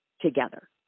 together